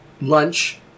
lunch